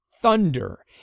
Thunder